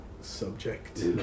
subject